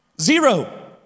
Zero